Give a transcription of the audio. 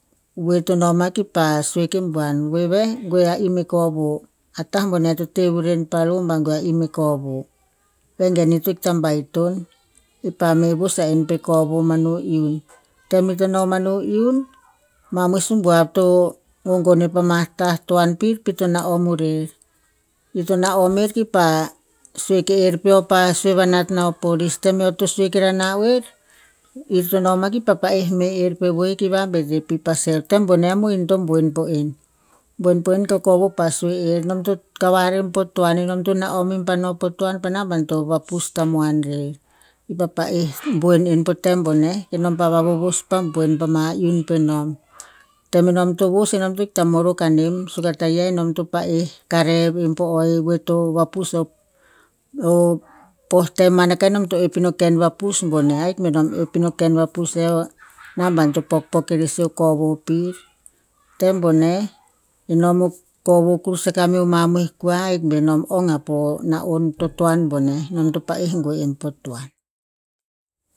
We to noma kipa sue ki buan, "weweh gue a im e kovo a tah boneh to teh vuren pa law ba gue a im e kovo." Vengen ito ikta baiton, kipa meh vos e kovo manu iun. Tem ito no manu iun, mamoi sumbuav to gon ama pa ta toan pin pi to na- om irer. I to na'om er kipa sue ke er peo pa sue vanat na o police. Tem eo to sue ke ra na oer, ir to noma kipa pa eh meh er pe we kir vambet er pi pa cell, tem boneh a mohin to boen po en. Boen boen ko kovo pa sue, nom to kavar en po toan enom tp na'om in pa no pa toan pe namban to va pus tambuan rer. I pa pa'eh boen en po tem boneh, kenom pa va vovos pa boen pa ma iun penom. Tem enom to vas enom to ikta morok anem suk a taia enom to pa'eh karev em po o e we to vapus o- o poh tem man akah enom to epina o ken vapus boneh ahik benom epina o ken vapus e namban to pok pok ere sih o kovo pir. Tem boneh, enom o kovo kurus akah me o mamoi kua, ahik benom ong a po na'on totoan boneh, nam to pa'eh gue eh po toan.